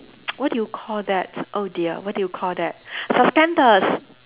what do you call that oh dear what do you call that suspenders